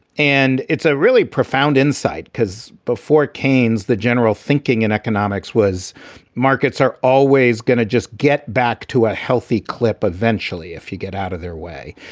and it's a really profound insight, because before cain's, the general thinking in economics was markets are always going to just get back to a healthy clip eventually if you get out of their way.